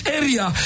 area